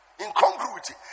Incongruity